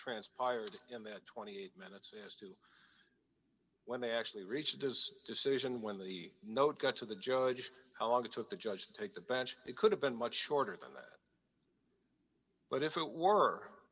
transpired in that twenty minutes when they actually reached his decision when the note got to the judge how long it took the judge to take the bench it could have been much shorter than that but if it were